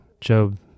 Job